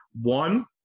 One